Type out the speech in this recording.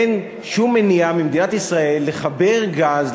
אין שום מניעה ממדינת ישראל לחבר לגז,